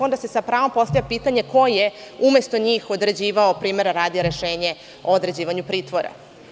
Onda se sa pravom postavlja pitanje ko je umesto njih odrađivao, primera radi, rešenje o određivanju pritvora.